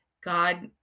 God